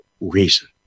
reason